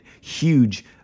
huge